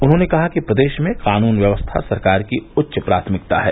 उन्होंने कहा कि प्रदेश में कानून व्यवस्था सरकार की उच्च प्राथमिकता है